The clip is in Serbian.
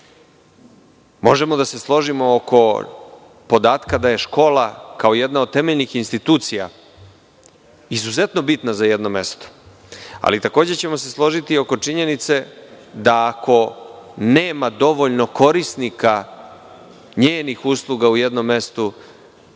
gase. Možemo da složimo oko podatka da je škola kao jedna od temeljnih institucija izuzetno bitna za jedno mesto, ali takođe ćemo se složiti oko činjenice da ako nema dovoljno korisnika njenih usluga u jednom mestu,